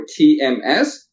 TMS